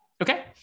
Okay